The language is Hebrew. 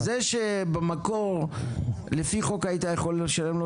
אז זה שבמקור לפי החוק היית יכול לשלם לו